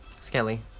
Skelly